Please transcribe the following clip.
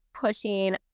pushing